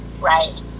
right